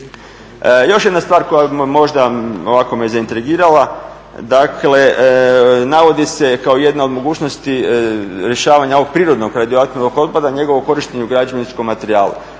Još jedna stvar koja možda ovako me zaintrigirala, dakle navodi se kao jedna od mogućnosti rješavanja ovog prirodnog radioaktivnog otpada njegovo korištenje u građevinskom materijalu.